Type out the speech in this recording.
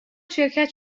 شرکت